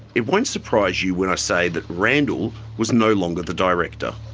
it won't surprise you when i say that randle was no longer the director.